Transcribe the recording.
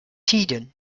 tiden